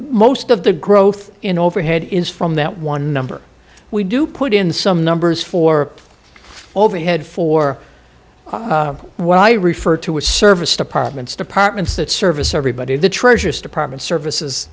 most of the growth in overhead is from that one number we do put in some numbers for overhead for what i refer to as service departments departments that service everybody the treasury department services